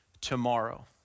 tomorrow